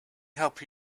help